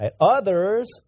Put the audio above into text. Others